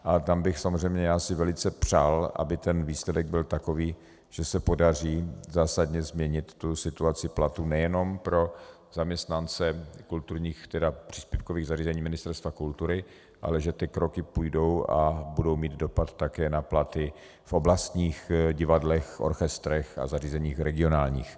A tam bych samozřejmě já si velice přál, aby výsledek byl takový, že se podaří zásadně změnit tu situaci platů nejenom pro zaměstnance kulturních, tedy příspěvkových zařízení Ministerstva kultury, ale že ty kroky půjdou a budou mít dopad také na platy v oblastních divadlech, orchestrech a zařízeních regionálních.